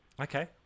Okay